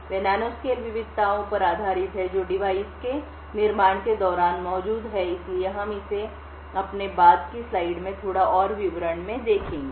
वे nanoscale विविधताओं पर आधारित हैं जो डिवाइस के निर्माण के दौरान मौजूद हैं इसलिए हम इसे अपने बाद की स्लाइड में थोड़ा और विवरण में देखेंगे